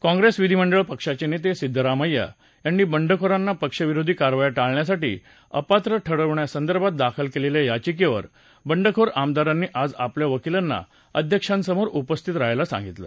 काँप्रेसविधीमंडळ पक्षाचे नेते सिद्धरामय्या यांनी बंडखोरांनी पक्षविरोधी कारवाया टाळण्यासाठी अपात्र ठरवण्यासंदर्भात दाखल केलेल्या याचिकेवर बंडखोर आमदारांनी आज आपल्या वकिलांना अध्यक्षांसमोर उपस्थित रहायला सांगितलं